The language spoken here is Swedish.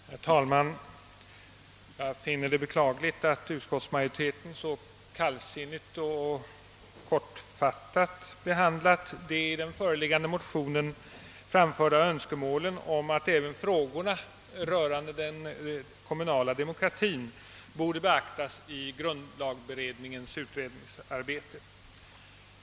Herr talman! Jag finner det beklagligt att utskottsmajoriteten så kallsinnigt och kortfattat behandlat de i den föreliggande motionen framförda Önskemålen om att även frågorna rörande den kommunala demokratien borde beaktas i grundlagberedningens utredningsarbete.